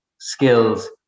skills